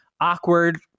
awkward